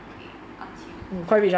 okay up to you